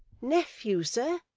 nephew, sir,